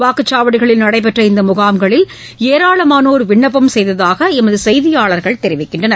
வாக்குச்சாவடிகளில் நடைபெற்ற இந்த முகாம்களில் ஏராளமானோர் விண்ணப்பம் செய்ததாக எமது செய்தியாளர்கள் தெரிவிக்கின்றனர்